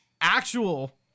actual